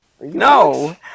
No